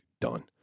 done